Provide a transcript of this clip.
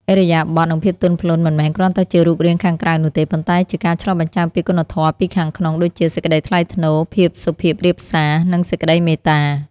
ឥរិយាបថ និងភាពទន់ភ្លន់មិនមែនគ្រាន់តែជារូបរាងខាងក្រៅនោះទេ ប៉ុន្តែជាការឆ្លុះបញ្ចាំងពីគុណធម៌ពីខាងក្នុងដូចជាសេចក្ដីថ្លៃថ្នូរ ភាពសុភាពរាបសារ និងសេចក្ដីមេត្តា។